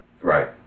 Right